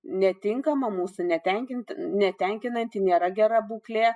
netinkama mūsų netenkint netenkinanti nėra gera būklė